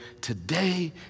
Today